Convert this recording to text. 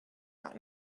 out